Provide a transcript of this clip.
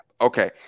Okay